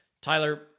Tyler